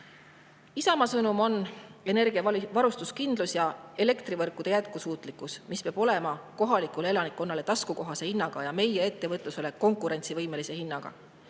Isamaa sõnum on see, et energia varustuskindlus ja elektrivõrkude jätkusuutlikkus peavad olema kohalikule elanikkonnale taskukohase hinnaga ja meie ettevõtlusele konkurentsivõimelise hinnaga.